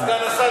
סגן השר,